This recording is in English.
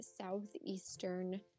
southeastern